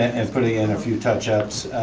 and putting in a few touch-ups.